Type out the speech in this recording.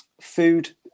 food